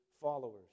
followers